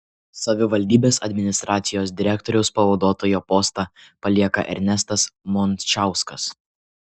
savivaldybės administracijos direktoriaus pavaduotojo postą palieka ernestas mončauskas